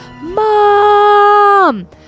Mom